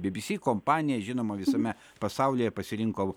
by by sy kompanija žinoma visame pasaulyje pasirinko